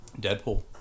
Deadpool